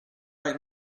right